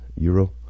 euro